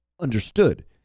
Understood